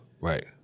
Right